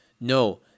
No